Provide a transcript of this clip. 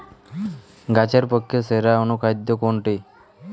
গাছের পক্ষে সেরা অনুখাদ্য কোনটি?